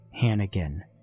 hannigan